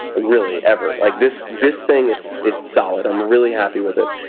really ever. like this this thing, it's it's solid, i'm really happy with it,